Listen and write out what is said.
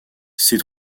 ces